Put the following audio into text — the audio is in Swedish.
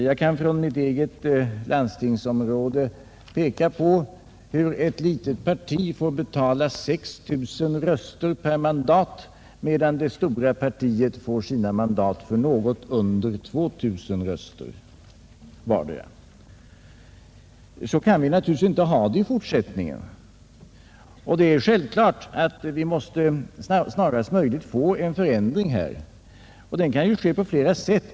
Jag kan från mitt eget landstingsområde peka på hur ett litet parti får betala 6 000 röster per mandat, medan det stora partiet får sina mandat för något under 2 000 röster per mandat. Så kan vi naturligtvis inte ha det i fortsättningen. Självklart måste vi snarast möjligt få en förändring. Den kan ske på flera sätt.